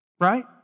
Right